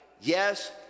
yes